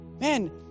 Man